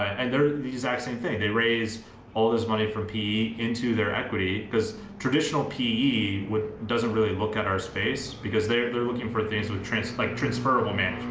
and they're the exact same thing. they raise all this money from p into their equity because traditional pe with doesn't really look at our space because they're they're looking for things with translate transferable man,